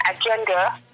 agenda